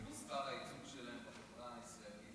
כמספר הייצוג שלהם בחברה הישראלית.